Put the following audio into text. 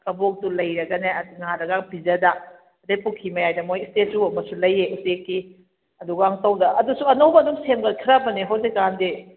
ꯀꯕꯣꯛꯇꯣ ꯂꯩꯔꯒꯅꯦ ꯑꯁ ꯉꯥꯗꯒ ꯄꯤꯖꯥꯗꯅ ꯑꯗꯩ ꯄꯨꯈ꯭ꯔꯤ ꯃꯌꯥꯏꯗ ꯃꯣꯏ ꯏꯁꯇꯦꯆꯨ ꯑꯃꯁꯨ ꯂꯩꯌꯦ ꯎꯆꯦꯛꯀꯤ ꯑꯗꯨꯒ ꯃꯇꯨꯡꯗ ꯑꯗꯨꯁꯨ ꯑꯅꯧꯕ ꯑꯗꯨꯝ ꯁꯦꯝꯒꯠꯈ꯭ꯔꯕꯅꯦ ꯍꯧꯖꯤꯛꯀꯥꯟꯗꯤ